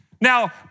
Now